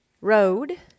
road